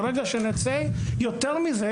יותר מזה,